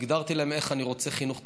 הגדרתי להם איך אני רוצה חינוך טכנולוגי,